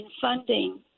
funding